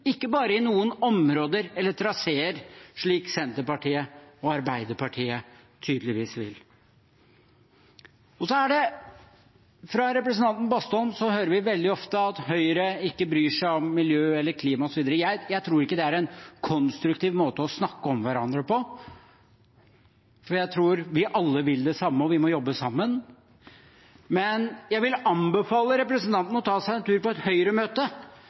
ikke bare i noen områder eller traseer, slik Senterpartiet og Arbeiderpartiet tydeligvis vil. Fra representanten Bastholm hører vi veldig ofte at Høyre ikke bryr seg om miljø eller klima osv. Jeg tror ikke det er en konstruktiv måte å snakke om hverandre på, for jeg tror vi alle vil det samme, og vi må jobbe sammen. Jeg vil anbefale representanten å ta seg en tur på et